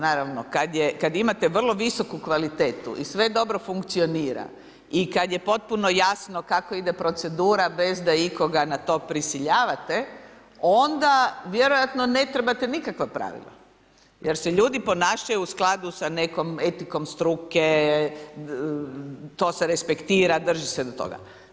Naravno, kad imate vrlo visoku kvalitetu i sve dobro funkcionira, i kad je potpuno jasno kako ide procedura bez da ikoga na to prisiljavate, onda vjerojatno ne trebate nikakva pravila jer se ljudi ponašaju u skladu sa nekom etikom struke, to se respektira, drži se do toga.